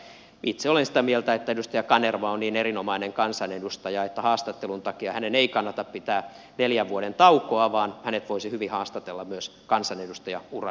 mutta itse olen sitä mieltä että edustaja kanerva on niin erinomainen kansanedustaja että haastattelun takia hänen ei kannata pitää neljän vuoden taukoa vaan hänet voisi hyvin haastatella myös kansanedustajauran jatkuessa